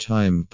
Time